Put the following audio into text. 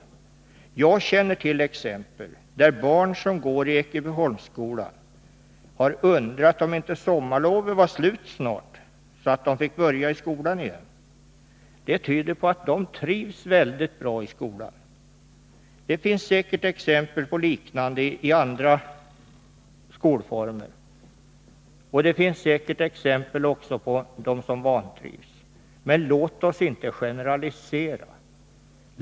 Men jag känner till exempel på att barn som går i Ekebyholmsskolan har undrat om inte sommarlovet var slut snart, så att de fick börja skolan igen. Det tyder på att de trivs väldigt bra i skolan. Det finns säkert liknande exempel från andra skolformer, och det finns säkert exempel också på barn som vantrivs, men låt oss inte generalisera.